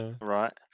Right